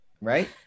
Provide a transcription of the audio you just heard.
Right